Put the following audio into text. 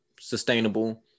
sustainable